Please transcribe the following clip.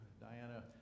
Diana